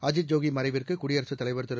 அஜீத் ஜோகி மறைவிற்கு குடியரசுத் தலைவர் திரு